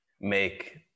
make